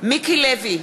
מיקי לוי,